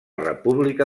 república